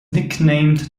nicknamed